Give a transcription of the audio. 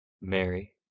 Mary